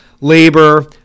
labor